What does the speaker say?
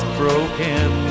broken